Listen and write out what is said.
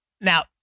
Now